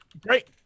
great